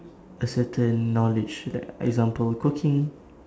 a certain knowledge like example cooking